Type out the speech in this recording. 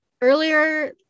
Earlier